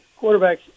quarterbacks